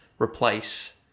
replace